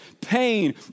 pain